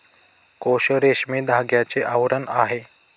कोश रेशमी धाग्याचे आवरण आहे